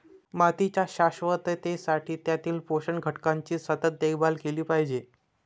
मातीच्या शाश्वततेसाठी त्यातील पोषक घटकांची सतत देखभाल केली पाहिजे